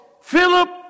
Philip